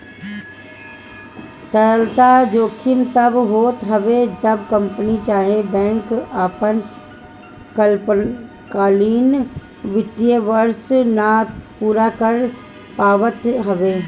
तरलता जोखिम तब होत हवे जब कंपनी चाहे बैंक आपन अल्पकालीन वित्तीय वर्ष ना पूरा कर पावत हवे